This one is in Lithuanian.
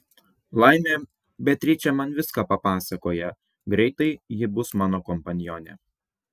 laimė beatričė man viską papasakoja greitai ji bus mano kompanionė